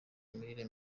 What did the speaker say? imirire